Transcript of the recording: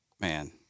man